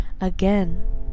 Again